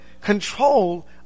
control